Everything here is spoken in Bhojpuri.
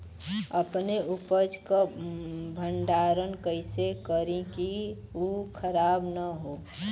अपने उपज क भंडारन कइसे करीं कि उ खराब न हो?